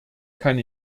kann